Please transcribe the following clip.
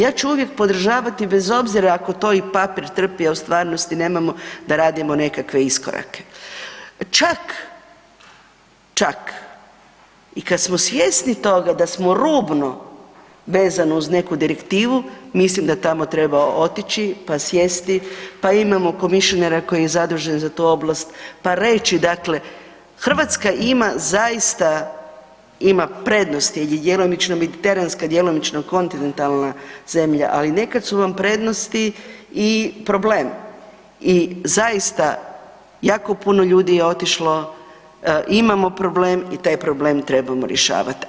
Ja ću uvijek podržavati bez obzira ako to i papir trpi, a u stvarnosti nemamo da radimo nekakve iskorake, čak, čak i kada smo svjesni toga da smo rubno vezani uz neku direktivu mislim da tamo treba otići pa sjesti, pa imamo komišinera koji je zadužen za tu oblast pa reći dakle, Hrvatska ima zaista ima prednosti jel je djelomično mediteranska, djelomično kontinentalna zemlja, ali nekad su vam prednosti i problem i zaista jako puno ljudi je otišlo, imamo problem i taj problem trebamo rješavati.